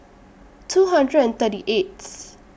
two hundred and thirty eighth